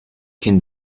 can